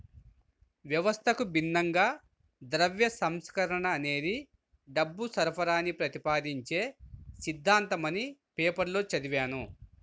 వ్యవస్థకు భిన్నంగా ద్రవ్య సంస్కరణ అనేది డబ్బు సరఫరాని ప్రతిపాదించే సిద్ధాంతమని పేపర్లో చదివాను